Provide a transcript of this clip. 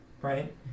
right